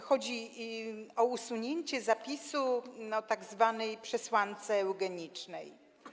Chodzi o usunięcie zapisu o tzw. przesłance eugenicznej.